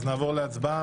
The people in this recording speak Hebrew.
אז נעבור להצבעה.